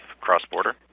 cross-border